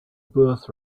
birth